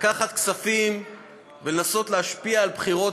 לקחת כספים ולנסות להשפיע על בחירות